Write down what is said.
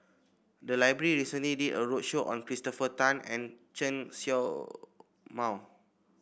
the library recently did a roadshow on Christopher Tan and Chen Show Mao